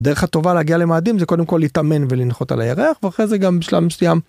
דרך הטובה להגיע למאדים זה קודם כל להתאמן ולנחות על הירח ואחרי זה גם בשלב מסוים.